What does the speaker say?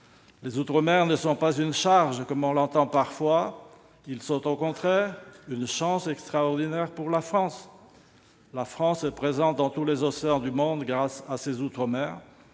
Les outre-mer ne sont pas une charge comme on l'entend dire parfois ; ils sont au contraire une chance extraordinaire pour la France. La France est présente dans tous les océans du monde grâce à ses outre-mer,